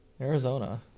Arizona